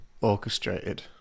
orchestrated